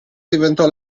diventò